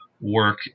work